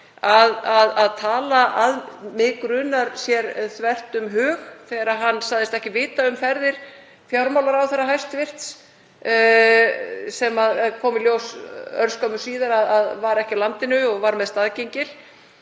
að tala, að mig grunar, sér þvert um hug þegar hann sagðist ekki vita um ferðir hæstv. fjármálaráðherra, sem kom í ljós örskömmu síðar að var ekki á landinu og var með staðgengil.